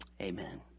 Amen